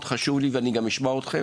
חשוב לי מאוד לבדוק ואני גם אשמע אתכם